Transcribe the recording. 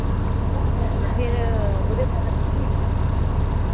फिर ओह्दे बाद च